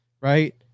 Right